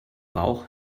bauch